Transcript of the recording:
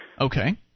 Okay